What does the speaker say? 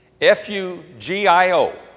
F-U-G-I-O